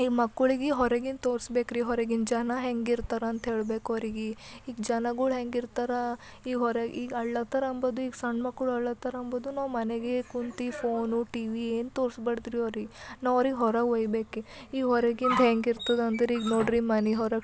ಈ ಮಕ್ಳಿಗೆ ಹೊರಗಿದ್ದು ತೋರಿಸ್ಬೇಕ್ರಿ ಹೊರಗಿನ ಜನ ಹೆಂಗಿರ್ತಾರೆ ಅಂತ ಹೇಳ್ಬೇಕು ಅವ್ರಿಗೆ ಈ ಜನಗಳು ಹೇಗಿರ್ತಾರ ಈಗ ಹೊರ ಈಗ ಅಳೋ ಥರ ಅಂಬುದು ಸಣ್ಣ ಮಕ್ಕಳು ಅಳೋ ಥರ ಅಂಬುದು ನಾವು ಮನೆಗೆ ಕುಂತು ಫೋನು ಟಿವಿ ಏನು ತೋರಿಸ್ಬಾರ್ದ್ರಿ ಅವ್ರಿಗೆ ನಾವು ಅವ್ರಿಗೆ ಹೊರಗೆ ಒಯ್ಬೇಕು ಈಗ ಹೊರಗಿಂದು ಹೆಂಗಿರ್ತದ ಅಂದ್ರೆ ಈಗ ನೋಡ್ರಿ ಮನೆ ಹೊರಗೆ